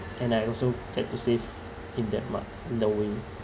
and I also had to save in that month in the way